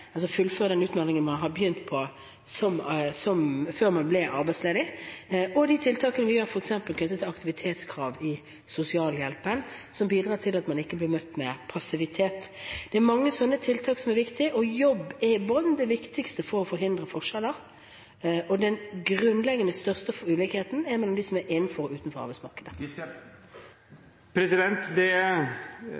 fullføre den utdanningen man begynte på før man ble arbeidsledig, og også tiltak knyttet til f.eks. aktivitetskrav i sosialhjelpen, noe som bidrar til at man ikke blir møtt med passivitet. Det er mange slike tiltak som er viktig, og jobb er i bunn og grunn det viktigste for å forhindre forskjeller. Den grunnleggende største ulikheten er mellom dem som er innenfor arbeidsmarkedet, og dem som er utenfor.